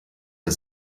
der